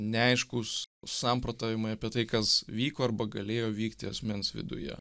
neaiškūs samprotavimai apie tai kas vyko arba galėjo vykti asmens viduje